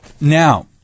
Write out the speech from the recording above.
Now